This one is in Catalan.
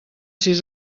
sis